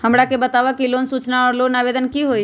हमरा के बताव कि लोन सूचना और लोन आवेदन की होई?